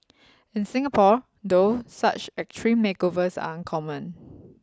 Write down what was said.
in Singapore though such extreme makeovers are uncommon